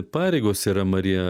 pareigos yra marija